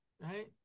right